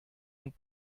und